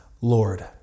Lord